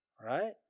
Right